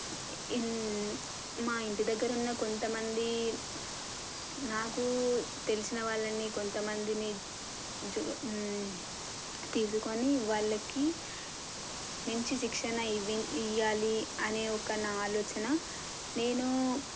in మా ఇంటి దగ్గర ఉన్న కొంత మంది నాకు తెలిసిన వాళ్ళని కొంత మందిని జూ తీసుకొని వాళ్ళకి మంచి శిక్షణ ఇవి ఇవ్వాలి అనే ఒక నా ఆలోచన నేనూ